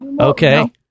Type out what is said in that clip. Okay